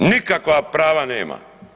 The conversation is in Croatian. Nikakva prava nema.